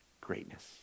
greatness